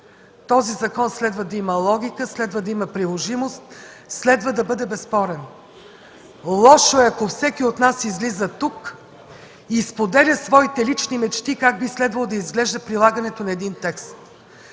Този закон следва да има логика, да има приложимост, следва да бъде безспорен. Лошо е, ако всеки от нас излиза тук и споделя личните си мечти как би следвало да изглежда прилагането на един текст.